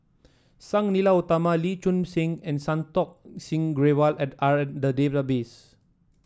Sang Nila Utama Lee Choon Seng and Santokh Singh Grewal at are in the database